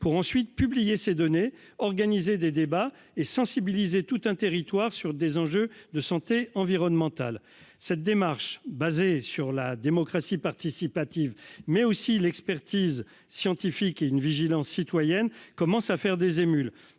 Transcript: publier ensuite ces données, d'organiser des débats et de sensibiliser tout un territoire sur des enjeux de santé environnementale. Cette démarche, fondée sur la démocratie participative, mais aussi l'expertise scientifique et une vigilance citoyenne, commence à faire des émules